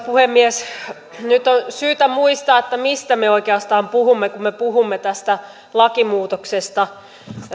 puhemies nyt on syytä muistaa mistä me oikeastaan puhumme kun me puhumme tästä lakimuutoksesta